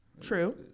True